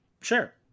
Sure